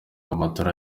amatora